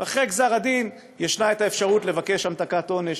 ואחרי גזר-הדין ישנה האפשרות לבקש המתקת עונש,